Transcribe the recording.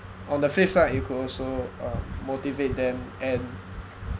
on the flip side you could also uh motivate them and